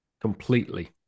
completely